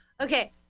Okay